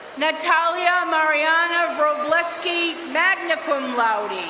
natalia marianna robleski, magna cum laude.